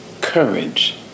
courage